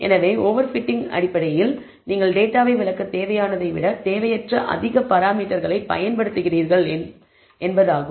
எனவே overfitting அடிப்படையில் நீங்கள் டேட்டாவை விளக்க தேவையானதை விட தேவையற்ற அதிக பராமீட்டர்களை பயன்படுத்துகிறீர்கள் என்பதாகும்